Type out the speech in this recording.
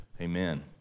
Amen